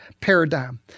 paradigm